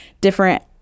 different